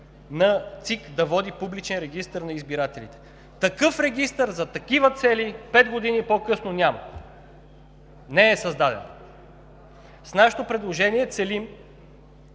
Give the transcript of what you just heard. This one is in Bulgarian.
на ЦИК да води Публичен регистър на избирателите. Такъв регистър, за такива цели пет години по-късно, няма! Не е създаден! С нашето предложение целим